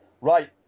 Right